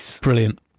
Brilliant